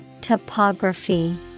Topography